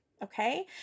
Okay